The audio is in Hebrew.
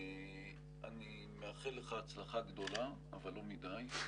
אני מאחל לך הצלחה גדולה, אבל לא מדי.